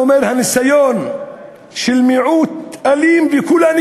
הוא אומר: הניסיון של מיעוט אלים וקולני